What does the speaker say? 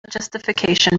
justification